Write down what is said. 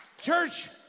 Church